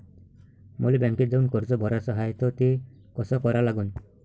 मले बँकेत जाऊन कर्ज भराच हाय त ते कस करा लागन?